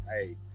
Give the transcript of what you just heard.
hey